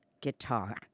guitar